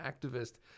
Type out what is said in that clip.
activist